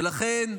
ולכן,